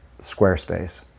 Squarespace